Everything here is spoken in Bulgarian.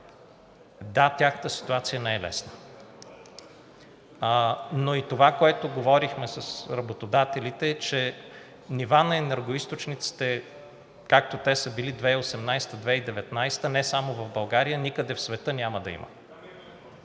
Да, тяхната ситуация не е лесна. Но и това, което говорихме с работодателите, е, че нива на енергоизточниците, както те са били през 2018 – 2019 г., не само в България, а никъде в света няма да има.